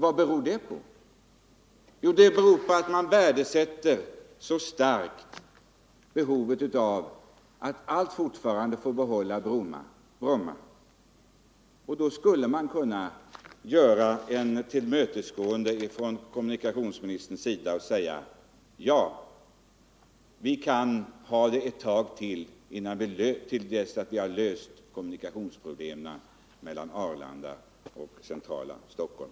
Vad beror det på? Jo, på att man så starkt värdesätter behovet av att behålla Bromma. Då skulle kommunikationsministern kunna göra ett tillmötesgående och säga: Ja, vi kan behålla Bromma tills vi har löst kommunikationsproblemen mellan Arlanda och centrala Stockholm.